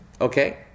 Okay